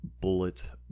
Bullet